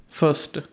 first